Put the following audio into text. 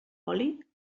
oli